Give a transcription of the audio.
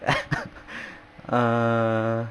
err